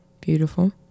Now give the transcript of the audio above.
Beautiful